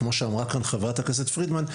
כמו שאמרה כאן חברת הכנסת פרידמן,